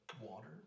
water